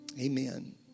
Amen